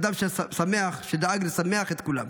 אדם שמח שדאג לשמח את כולם,